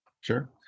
Sure